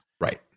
Right